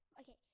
okay